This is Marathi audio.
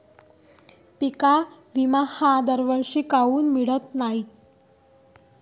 पिका विमा हा दरवर्षी काऊन मिळत न्हाई?